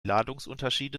ladungsunterschiede